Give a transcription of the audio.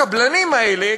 הקבלנים האלה,